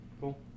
cool